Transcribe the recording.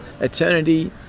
eternity